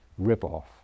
ripoff